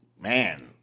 man